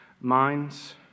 minds